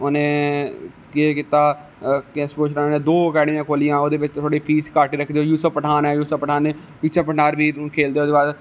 उ'नें केह् कीता सुरेश ने दो आकैडिमयां खोह्लियां ओहदे बिच थोहड़ी फीस घट्ट रक्खी जि'यां यूशफ पठान ऐ यूशफ पठान बी ठीक खेलदा हा